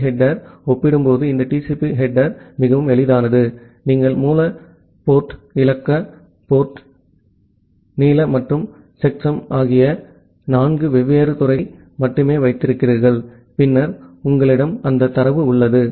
B தலைப்புடன் ஒப்பிடும்போது இந்த யுடிபி தலைப்பு மிகவும் எளிதானது நீங்கள் மூல துறைமுகம் இலக்கு துறைமுகம் நீளம் மற்றும் செக்சம் ஆகிய நான்கு வெவ்வேறு துறைகளை மட்டுமே வைத்திருக்கிறீர்கள் பின்னர் உங்களிடம் அந்த தரவு உள்ளது